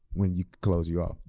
when you close you off.